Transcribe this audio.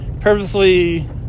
Purposely